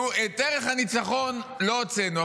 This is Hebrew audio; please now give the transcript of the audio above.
ואת ערך הניצחון לא הוצאנו,